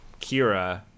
kira